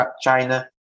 China